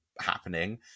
happening